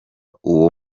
uwo